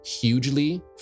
hugely